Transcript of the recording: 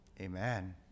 Amen